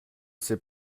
s’est